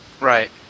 Right